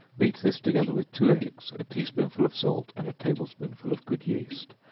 beat this together with two eggs, a tea-spoonful of salt, and a table-spoonful of good yeast,